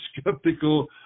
skeptical